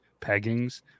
peggings